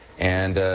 and,